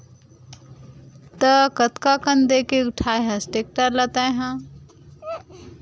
त कतका कन देके उठाय हस टेक्टर ल तैय हा?